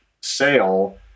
sale